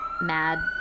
mad